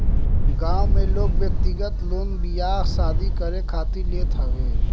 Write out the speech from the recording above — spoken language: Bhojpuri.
गांव में लोग व्यक्तिगत लोन बियाह शादी करे खातिर लेत हवे